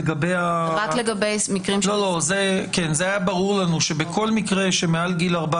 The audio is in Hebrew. זה היה ברור לנו שבכל מקרה שמעל גיל 14